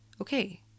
Okay